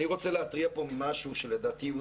אני רוצה להתריע כאן על משהו שלדעתי הוא